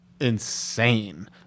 insane